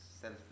self